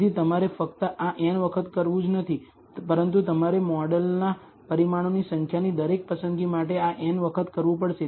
તેથી તમારે ફક્ત આ n વખત કરવું જ નથી પરંતુ તમારે મોડેલના પરિમાણોની સંખ્યાની દરેક પસંદગી માટે આ n વખત કરવું પડશે